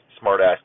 smart-ass